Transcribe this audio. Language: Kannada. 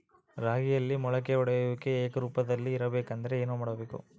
ರಾಗಿಯಲ್ಲಿ ಮೊಳಕೆ ಒಡೆಯುವಿಕೆ ಏಕರೂಪದಲ್ಲಿ ಇರಬೇಕೆಂದರೆ ಏನು ಮಾಡಬೇಕು?